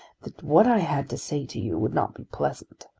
that what i had to say to you would not be pleasant.